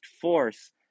force